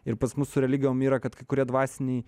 ir pas mus su religijom yra kad kai kurie dvasiniai